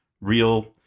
real